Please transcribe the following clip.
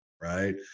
right